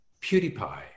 PewDiePie